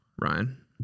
Ryan